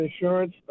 insurance